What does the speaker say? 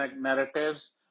narratives